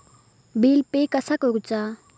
Bill pay कसा करुचा?